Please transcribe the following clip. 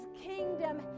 kingdom